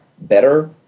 better